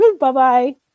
Bye-bye